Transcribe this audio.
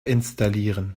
installieren